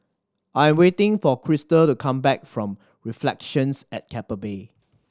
I am waiting for Krystal to come back from Reflections at Keppel Bay